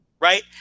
right